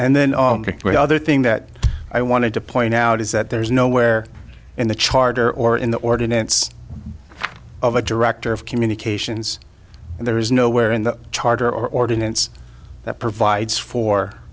and then the other thing that i wanted to point out is that there's nowhere in the charter or in the ordinance of a director of communications and there is nowhere in the charter ordinance that provides for